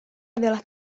adalah